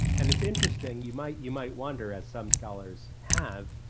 and it's interesting, you might you might wonder, as some scholars have,